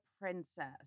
princess